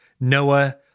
Noah